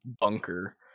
bunker